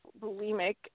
bulimic